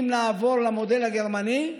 אם נעבור למודל הגרמני,